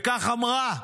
כך היא אמרה: